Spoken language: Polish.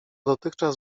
dotychczas